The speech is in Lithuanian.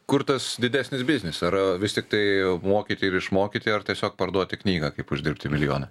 kur tas didesnis biznis ar vis tiktai mokyti ir išmokyti ar tiesiog parduoti knygą kaip uždirbti milijoną